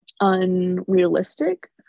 unrealistic